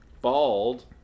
bald